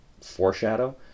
foreshadow